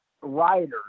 writers